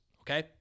Okay